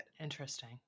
Interesting